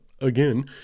again